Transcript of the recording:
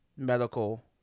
medical